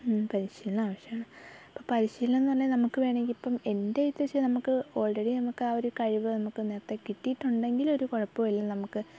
പരിശീലനം ആവശ്യമാണ് അപ്പം പരിശീലനം എന്ന് പറഞ്ഞാൽ നമുക്ക് വേണമെങ്കിൽ ഇപ്പം എൻ്റെ ഇതുവെച്ച് നമുക്ക് ഓൾറെഡി നമുക്കാ ഒരു കഴിവ് നമുക്ക് നേരത്തെ കിട്ടിയിട്ടുണ്ടെങ്കിൽ ഒരു കുഴപ്പവുമില്ല നമുക്ക്